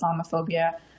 Islamophobia